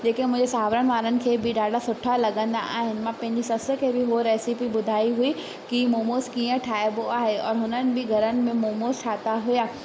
जेके मुंहिंजे सावरनि वारनि खे बि ॾाढा सुठा लॻंदा आहिनि मां पंहिंजी सस खे बि उहा रेसिपी ॿुधाई हुई की मोमोस कीअं ठाहिबो आहे और हुननि बि घरनि में मोमोस ठाहिया हुआ